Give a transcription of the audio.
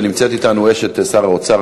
נמצאת אתנו אשת שר האוצר.